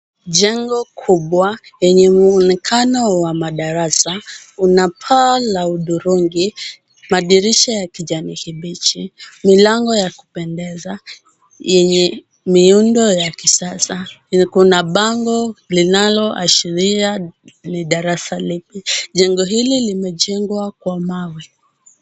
Jengo kubwa lenye muonekano wa madarasa ,lina paa la hudhurungi, madirisha ya kijani kibichi, milango ya kupendeza yenye miundo ya kisasa. Kuna bango linaloashiria ni darasa lipi. Jengo hili limejengwa kwa mawe.